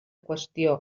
qüestió